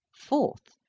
fourth,